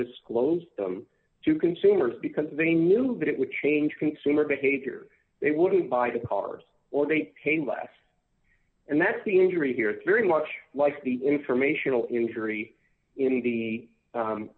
disclosed them to consumers because they knew that it would change consumer behavior they wouldn't buy the cars or they pay less and that the injury here is very much like the informational injury in the